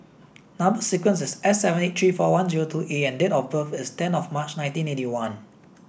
number sequence is S seven eight three four one zero two A and date of birth is ten of March nineteen eighty one